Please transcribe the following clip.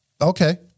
Okay